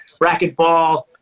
racquetball